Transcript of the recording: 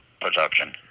production